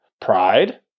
pride